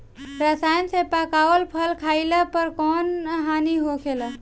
रसायन से पकावल फल खइला पर कौन हानि होखेला?